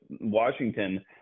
Washington